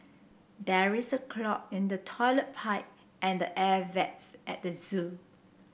there is a clog in the toilet pipe and air vents at the zoo